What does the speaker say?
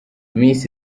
miss